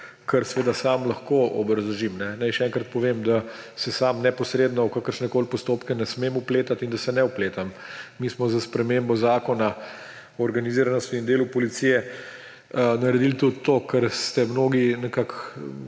kar seveda sam lahko obrazložim. Naj še enkrat povem, da se sam neposredno v kakršnekoli postopke ne smem vpletati in da se ne vpletam. Mi smo s spremembo Zakona o organiziranosti in delu v policiji naredili tudi to, kar ste mnogi nekako